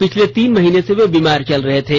पिछले तीन महीने से वे बीमार चल रहे थे